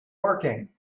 working